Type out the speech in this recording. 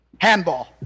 Handball